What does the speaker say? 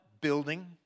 building